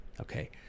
Okay